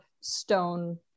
stone